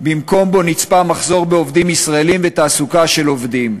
במקום שבו נצפה מחסור בעובדים ישראלים ותעסוקה של עובדים.